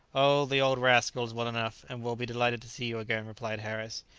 oh, the old rascal is well enough, and will be delighted to see you again, replied harris.